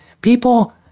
people